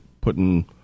putting